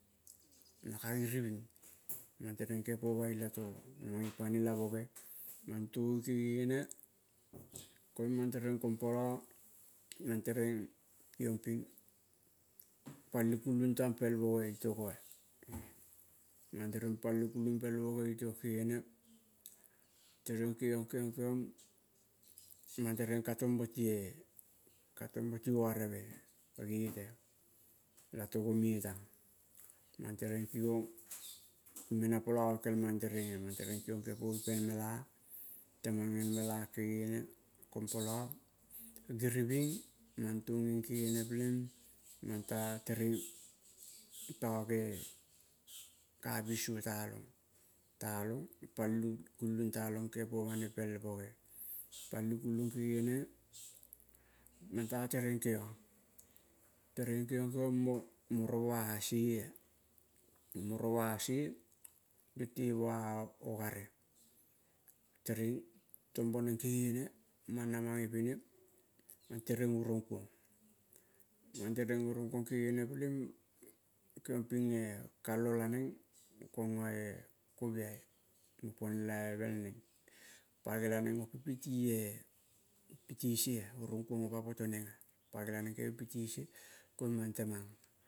Na ka giriving mang tereng gege momang ilatogo, na mang ipane la boge. Mang togi kegenen, koing mang tereng kong polo mang tereng kegiong ping pali kulung tang pel boge itogo kegene tereng kegiong, kegiong, kegiong mange tereng ka tombo ti-e ogareve, kagete la togo me tang mang tereng kigong mena polo kel mang tereng ah mang tereng kigong kege povine pel mela temang el mela kegene, kom polo giriving mang tuengeng kegene pelenging mang ta tereng toge kapisoa talong talong palikulung gege po mane pel boge palikulung mang tatereng kegiong kegiong, kegiong morovo ah sie morovo ah sie morovo ah sie iyo tevo ah ogare tereng tom boneng kegene mang namang ipini. Mang tereng urong kuong gegene pelenging, kegiong ping eh kalonang kongoe, koviei mo puonel ave bel neng pal genaleng opi pi ti sie ah. Urong kuong opa potoneng ah mang temang.